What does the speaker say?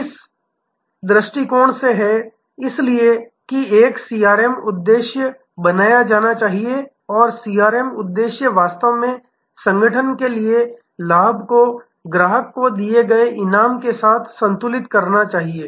यह इस दृष्टिकोण से है इसलिए एक सीआरएम उद्देश्य बनाया जाना चाहिए और सीआरएम उद्देश्य वास्तव में संगठन के लिए लाभ को ग्राहक को दिए गए इनाम के साथ संतुलित करना चाहिए